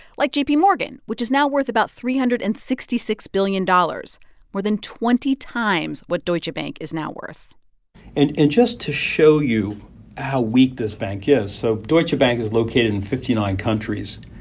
like jpmorgan, which is now worth about three hundred and sixty six billion dollars more than twenty times what deutsche bank is now worth and and just to show you how weak this bank is so deutsche bank is located in fifty nine countries.